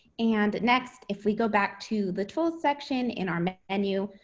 and next, if we go back to the tool section in our menu,